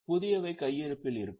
புதியவை கையிருப்பில் இருக்கும்